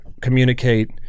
communicate